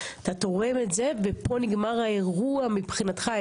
אתה תורם את זה ופה נגמר האירוע מבחינתך.